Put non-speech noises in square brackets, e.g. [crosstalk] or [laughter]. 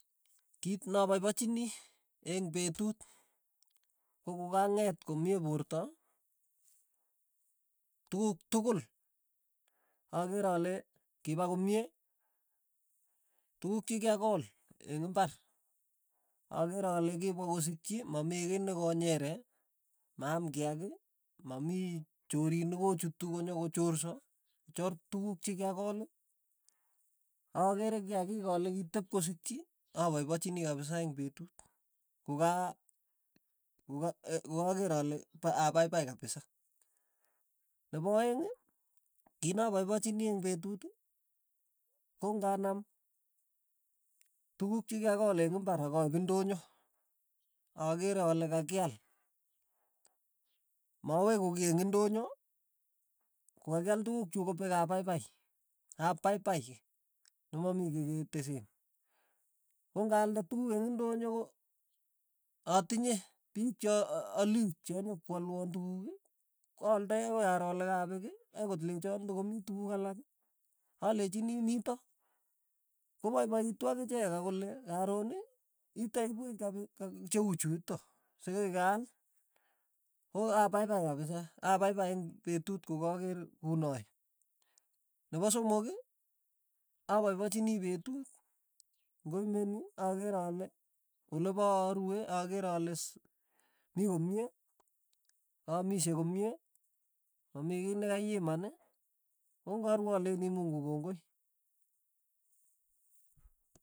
Kit napaipachini eng' petut ko kokang'et komie porto tukuk tukul akere ale kipakomie, tukuk chikyakool eng' imbar, akere ale kipwa kosikchi mamii kei nekonyere, maam kiaki, mamii choriin nokochutu konyokochorsa, choor tukuk chikyakool, akere kiakiik ale kitep kosikchi apaipachini kapsa eng' petut, koka koka e kokakeer ale ap- apaipai kapisa, nepo aeng', kii na paipachini eng' petut. ko ng'anam tukuk chekyakool eng' imbar ak aip ndonyo, akere ale kakial, maweku kiy eng' indonyo kokakial tukuk chuk kopek apaipai, apaipai nemamii kei ketesen, kong'aalde tukuk eng' indonyo ko atinye pik cho a- alik chanyokwalwan tukuk, aaldai akoi aro ale kaapek, akoi kolechon tokomii tukuk alak, alechini mito, kopaipaitu akichek akole karoon itaipwech kapi [unintelligible] che uu chutok, sokoi keaal, ko apaipai kapisa, apaipai eng' petut kokakeer kunoi, nepo somok, apaipachini petu ng'oimeni akere ale olepaarue akere ale s mi komie, kaamishe komie. mamii kei nakaiiman, kong'arue alechini mungu kongoi.